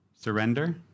Surrender